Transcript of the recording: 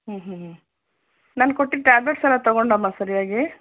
ಹ್ಞೂ ಹ್ಞೂ ಹ್ಞೂ ನಾನು ಕೊಟ್ಟಿದ್ದ ಟ್ಯಾಬ್ಲೆಟ್ಸ್ ಎಲ್ಲ ತಗೊಂಡಾಮ್ಮ ಸರಿಯಾಗಿ